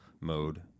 mode